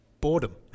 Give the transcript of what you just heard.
Boredom